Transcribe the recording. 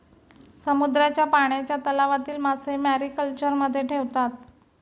समुद्राच्या पाण्याच्या तलावातील मासे मॅरीकल्चरमध्ये ठेवतात